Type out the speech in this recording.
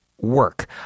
work